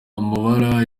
amabara